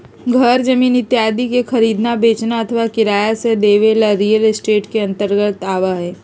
घर जमीन इत्यादि के खरीदना, बेचना अथवा किराया से देवे ला रियल एस्टेट के अंतर्गत आवा हई